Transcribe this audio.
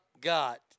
got